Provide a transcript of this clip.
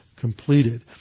completed